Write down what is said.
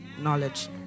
knowledge